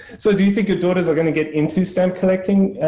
so do you think your daughters are going to get into stamp collecting?